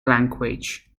language